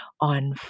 on